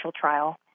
trial